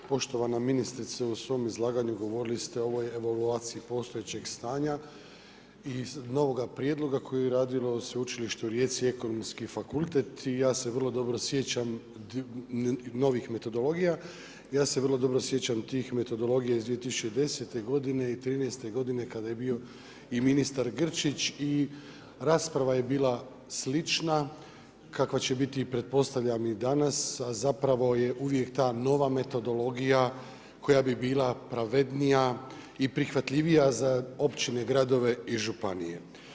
Poštovana ministrice, u svom izlaganju govorili ste o ovoj evaluaciji postojećeg stanja i nova prijedloga koje je radilo Sveučilište u Rijeci, Ekonomski fakultet i ja se vrlo dobro sjećam novih metodologija, ja se vrlo dobro sjećam tih metodologija iz 2010. godine i 2013. godine kada je bio i ministar Grčić i rasprava je bila slična kakva će biti pretpostavljam i danas a zapravo je uvijek ta nova metodologija koja bi bila pravednija i prihvatljivija za općine, gradove i županije.